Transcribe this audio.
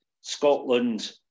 Scotland